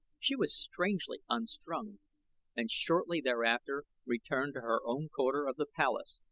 she was strangely unstrung and shortly thereafter returned to her own quarter of the palace,